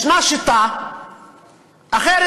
יש שיטה אחרת,